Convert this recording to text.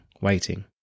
waiting